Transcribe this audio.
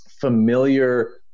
familiar